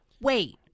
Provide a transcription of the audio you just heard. Wait